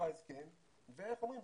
ואיך אומרים?